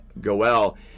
goel